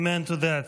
Amen to that.